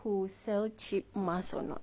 who sell cheap mask or not